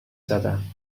زدن